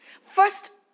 First